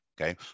Okay